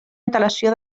antelació